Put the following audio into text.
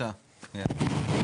בבקשה אייל.